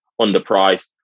underpriced